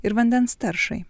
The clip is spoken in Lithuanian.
ir vandens taršai